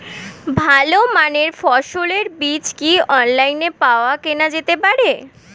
ভালো মানের ফসলের বীজ কি অনলাইনে পাওয়া কেনা যেতে পারে?